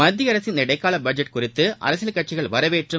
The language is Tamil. மத்திய அரசின் இந்த இடைக்கால பட்ஜெட் குறித்து அரசியல் கட்சிகள் வரவேற்றும்